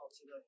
today